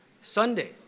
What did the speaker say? Sunday